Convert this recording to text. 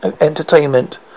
entertainment